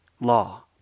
law